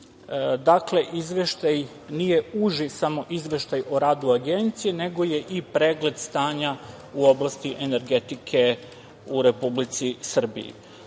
Dakle, Izveštaj nije uži samo Izveštaj o radu Agencije, nego je i pregled stanja u oblasti energetike u Republici Srbiji. Ja